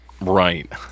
Right